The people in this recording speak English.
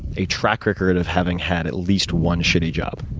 a track record of having had at least one shitty job.